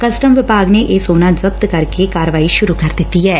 custom ਵਿੱਭਾਗ ਨੇ ਇਹ ਸੋਨਾ ਜ਼ਬਤ ਕਰਕੇ ਕਾਰਵਾਈ ਸੁਰੁ ਕਰ ਦਿੱਤੀ ਐਂ